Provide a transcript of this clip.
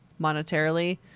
monetarily